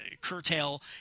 curtail